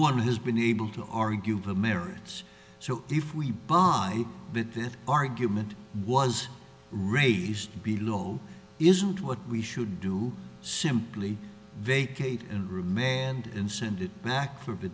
one has been able to argue the merits so if we buy that argument was raised below isn't what we should do simply vacate and remand and send it back for the